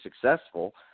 successful